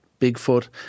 Bigfoot